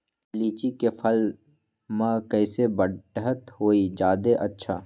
लिचि क फल म कईसे बढ़त होई जादे अच्छा?